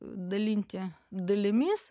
dalinti dalimis